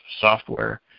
software